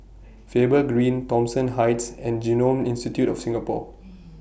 Faber Green Thomson Heights and Genome Institute of Singapore